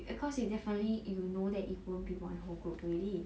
you cause you definitely you will know that it won't be one whole group already